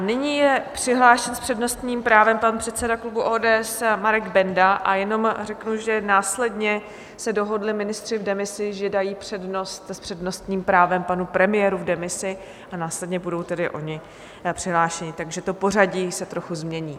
Nyní je přihlášen s přednostním právem pan předseda klubu ODS Marek Benda a jenom řeknu, že následně se dohodli ministři v demisi, že dají přednost s přednostním právem panu premiéru v demisi a následně půjdou oni přihlášení, takže to pořadí se trochu změní.